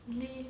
leh